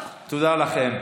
תודה לכם.